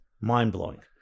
Mind-blowing